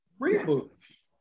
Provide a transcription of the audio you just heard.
reboot